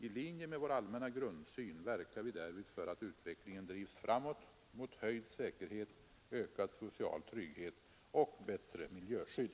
I linje med vår allmänna grundsyn verkar vi därvid för att utvecklingen drivs framåt mot höjd säkerhet, ökad social trygghet och bättre miljöskydd.